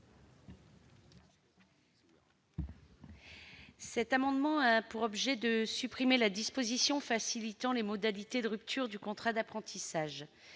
Cet amendement a pour objet de supprimer la disposition facilitant les modalités de rupture du contrat d'apprentissage.